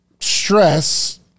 stress